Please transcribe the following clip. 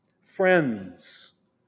friends